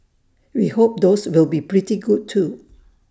we hope those will be pretty good too